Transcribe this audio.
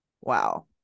wow